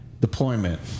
Deployment